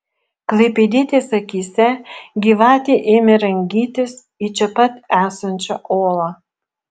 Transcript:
klaipėdietės akyse gyvatė ėmė rangytis į čia pat esančią olą